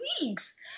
weeks